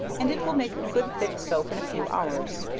and it will make good thick soap in a few hours,